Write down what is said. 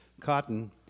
cotton